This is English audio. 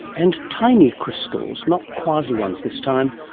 and tiny crystals, not quasi ones this time,